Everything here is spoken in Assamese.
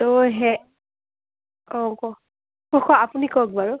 ত' সেই অঁ কওক আপুনি কওক বাৰু